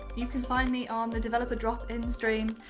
you can find me on the developer drop-in stream.